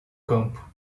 campo